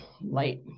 light